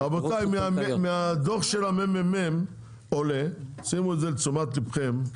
רבותיי, מהדוח של הממ"מ, קחו את זה לתשומת ליבכם,